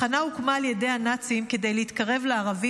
התחנה הוקמה על ידי הנאצים כדי להתקרב לערבים